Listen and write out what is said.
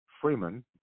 Freeman